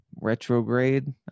retrograde